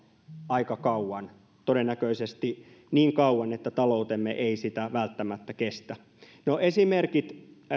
aika kauan todennäköisesti niin kauan että taloutemme ei sitä välttämättä kestä esimerkit